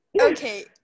Okay